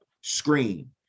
screen